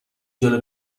جلو